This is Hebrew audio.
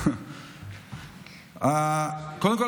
קודם כול,